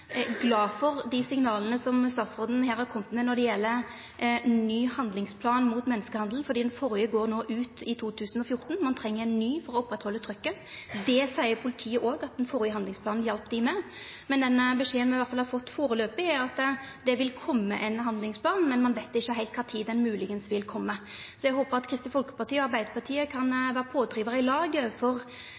for dei signala som statsråden her har kome med når det gjeld ny handlingsplan mot menneskehandel, for den førre går ut no i 2014. Ein treng ein ny for å halda oppe trykket. Det seier politiet også at den førre handlingsplanen hjelpte dei med. Den beskjeden me iallfall har fått foreløpig, er at det vil koma ein handlingsplan, men ein veit ikkje heilt kva tid den, moglegvis, vil koma. Eg håpar at Kristeleg Folkeparti og Arbeidarpartiet kan vera pådrivarar i lag overfor